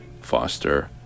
foster